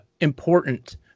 important